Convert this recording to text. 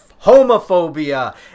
homophobia